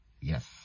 Yes